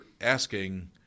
asking